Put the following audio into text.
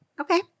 Okay